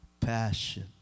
Passion